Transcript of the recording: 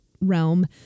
realm